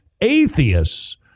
atheists